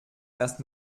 erst